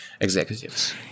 executives